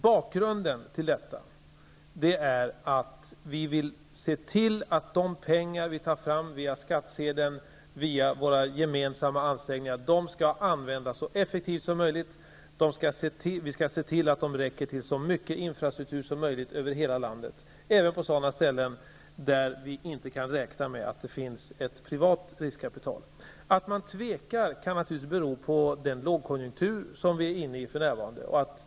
Bakgrunden, Eva Johansson, är att vi vill se till att de pengar vi får fram via skattsedeln, via våra gemensamma ansträngningar, skall användas så effektivt som möjligt. Vi skall se till att de räcker till så många infrastruktursatsningar som möjligt över hela landet, även på sådana ställen där vi inte kan räkna med att det finns ett privat riskkapital. Att man tvekar kan naturligtvis bero den lågkonjunktur som för närvarande råder.